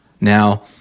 Now